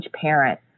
parent